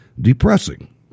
depressing